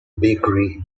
bakery